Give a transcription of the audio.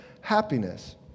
happiness